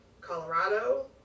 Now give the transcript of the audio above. Colorado